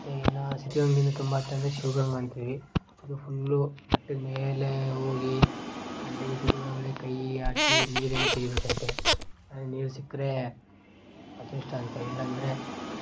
ಮತ್ತೆ ಇನ್ನೂ ಸಿದ್ಧಗಂಗೆಯೂ ತುಂಬ ಹತ್ತಿರಂದೆ ಶಿವಗಂಗೆ ಅಂತೀವಿ ಅದು ಫುಲ್ಲೂ ಬೆಟ್ಟದ ಮೇಲೇ ಹೋಗಿ ಅಲ್ಲಿ ಗುಹೆ ಒಳಗಡೆ ಕೈ ಹಾಕೀ ನೀರು ಏನು ತೆಗಿಬೇಕಂತೆ ಅಲ್ಲಿ ನೀರು ಸಿಕ್ಕರೆ ಅದೃಷ್ಟ ಅಂತೆ ಇಲ್ಲ ಅಂದರೆ